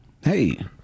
hey